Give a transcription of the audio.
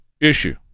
issue